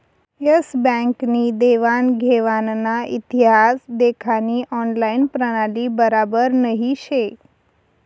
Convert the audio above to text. S bank नी देवान घेवानना इतिहास देखानी ऑनलाईन प्रणाली बराबर नही शे